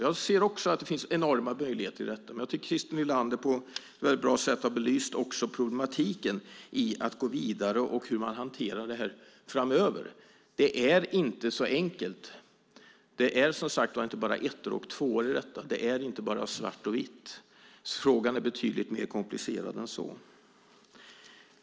Jag ser också att det finns enorma möjligheter i detta. Jag tycker att Christer Nylander på ett väldigt bra sätt har belyst problematiken i att gå vidare och hur man hanterar det här framöver. Det är inte så enkelt. Det är inte, som sagt, bara ettor och tvåor i detta. Det är inte bara svart och vitt. Frågan är betydligt mer komplicerad än så.